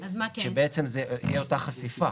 שזה בעצם תהיה אותה חשיפה.